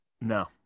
No